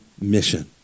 mission